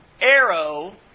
arrow